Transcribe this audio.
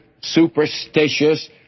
superstitious